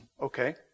okay